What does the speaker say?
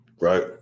Right